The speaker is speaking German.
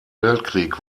weltkrieg